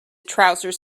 trousers